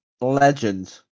legend